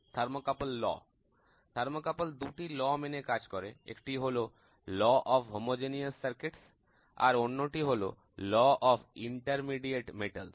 thermocouple সূত্র thermocouple দুটি সূত্র মেনে কাজ করে একটি হল ল অফ হোমোজিনিয়াস সার্কিট আর অন্যটি হলো ল অফ ইন্টারমিডিয়েট মেটালস